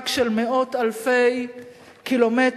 במרחק של מאות אלפי קילומטרים,